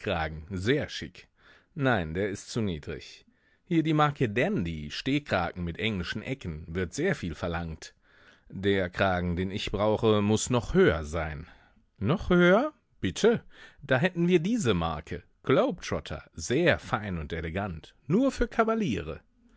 sehr schick nein der ist zu niedrig hier die marke dandy stehkragen mit englischen ecken wird sehr viel verlangt der kragen den ich brauche muß noch höher sein noch höher bitte da hätten wir diese marke globetrotter sehr fein und elegant nur für kavaliere